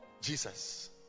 Jesus